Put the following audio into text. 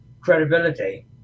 credibility